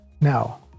Now